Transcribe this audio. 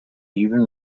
even